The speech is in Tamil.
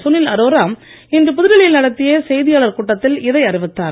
சுனில் அரோரா இன்று புதுடெல்லியில் நடத்திய செய்தியாளர் கூட்டத்தில் இதை அறிவித்தார்